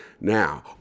Now